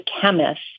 chemist